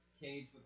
Cage